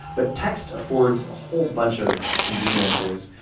but text affords a whole bunch of conveniences,